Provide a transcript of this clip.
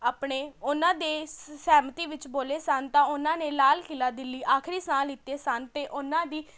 ਆਪਣੇ ਉਹਨਾਂ ਦੇ ਸਹਿਮਤੀ ਵਿੱਚ ਬੋਲੇ ਸਨ ਤਾਂ ਉਹਨਾਂ ਨੇ ਲਾਲ ਕਿਲ੍ਹਾ ਦਿੱਲੀ ਆਖਰੀ ਸਾਹ ਲਿੱਤੇ ਸਨ ਅਤੇ ਉਹਨਾਂ ਦੀ